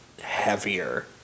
heavier